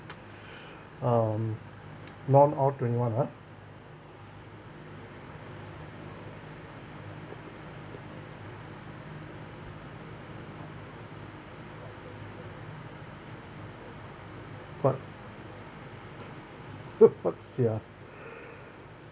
um non R twenty one ah but what sia